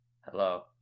hello